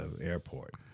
airport